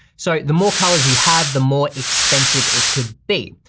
so the more colors you have, the more expensive it could be.